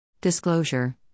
Disclosure